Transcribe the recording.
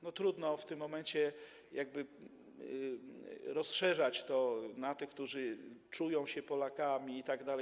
No trudno w tym momencie rozszerzać to na tych, którzy czują się Polakami itd.